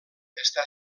està